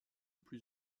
plus